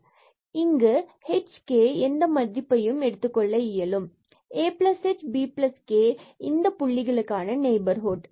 ஏனெனில் இவை h மற்றும் k எந்த மதிப்பையும் எடுத்துக் கொள்ள இயலும் பின்பு ah மற்றும் bk இது இந்த Pab புள்ளிக்கான நெய்பர்ஹுட்